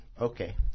Okay